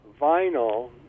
Vinyl